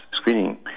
screening